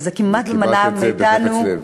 וזה כמעט לא מנע מאתנו, קיבלת את זה בחפץ לב.